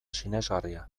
sinesgarria